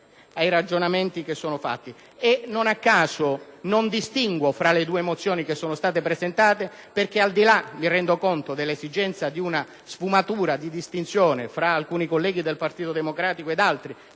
ai ragionamenti che sono fatti. Non a caso, non distinguo fra le due proposte che sono state presentate perché al di là - mi rendo conto - dell'esigenza di una sfumatura di distinzione fra alcuni colleghi del Partito Democratico ed altri,